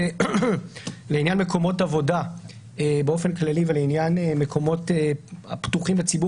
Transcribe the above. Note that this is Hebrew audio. לעניין מקומות עבודה באופן כללי ולעניין מקומות הפתוחים לציבור,